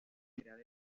crear